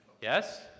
Yes